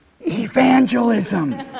evangelism